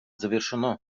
завершено